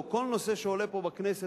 או כל נושא שעולה פה בכנסת.